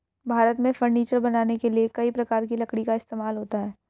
भारत में फर्नीचर बनाने के लिए कई प्रकार की लकड़ी का इस्तेमाल होता है